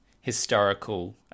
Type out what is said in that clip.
historical